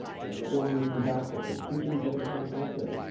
and they don't want them to come back, but their treatment beds aren't out there,